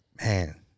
man